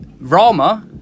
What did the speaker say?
Rama